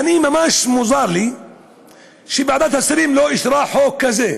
ממש מוזר לי שוועדת השרים לא אישרה חוק כזה.